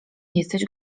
jesteś